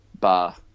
bar